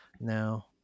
now